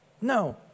No